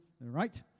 right